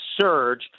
surge